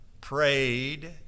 prayed